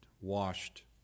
washed